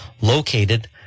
Located